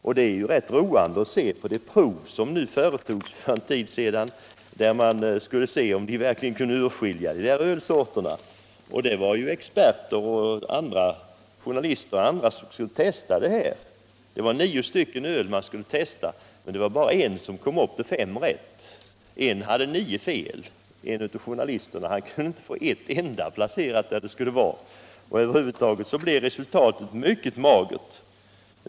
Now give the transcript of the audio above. Och det är rätt roande att se på det prov som företogs för en tid sedan, när man skulle undersöka om de deltagande verkligen kunde skilja på ölsorterna. Det var experter, journalister och andra, som skulle testa åtta olika ölsorter, men det var bara en av dem som kom upp till fem rätt. En av journalisterna kunde inte placera en enda sort där den skulle vara och hade alltså åtta fel. Över huvud taget blev resultatet mycket magert.